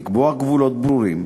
לקבוע גבולות ברורים,